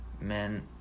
men